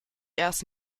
erst